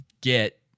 get